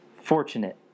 fortunate